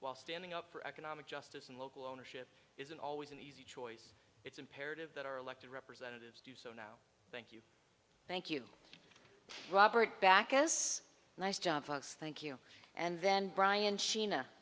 while standing up for economic justice and local ownership isn't always an easy choice it's imperative that our elected representatives do so now thank you you thank robert bacchus nice job fox thank you and then brian sheena